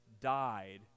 died